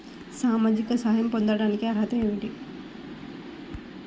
సామాజిక సహాయం పొందటానికి అర్హత ఏమిటి?